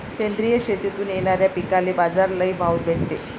सेंद्रिय शेतीतून येनाऱ्या पिकांले बाजार लई भाव भेटते